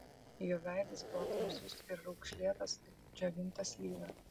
jo veidas buvo tamsus ir raukšlėtas it džiovinta slyva